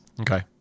Okay